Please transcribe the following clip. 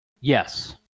yes